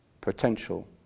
potential